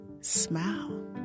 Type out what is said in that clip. smile